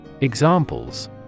Examples